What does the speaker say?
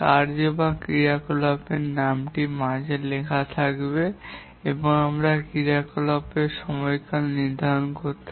কার্য বা ক্রিয়াকলাপের নামটি মাঝখানে লেখা হবে এবং আমরা ক্রিয়াকলাপের সময়কাল নির্ধারণ করতাম